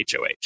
HOH